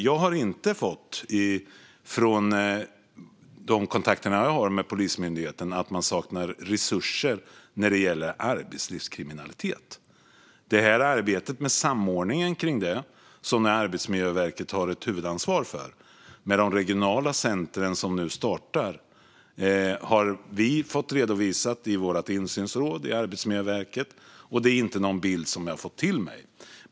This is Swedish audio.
Jag har inte fått höra från de kontakter jag har med Polismyndigheten att man saknar resurser när det gäller arbetslivskriminalitet. I vårt insynsråd i Arbetsmiljöverket har vi fått en redovisning av arbetet med samordningen av detta, som Arbetsmiljöverket har ett huvudansvar för, med de regionala center som nu startar. Det är inte en bild som jag har fått till mig där.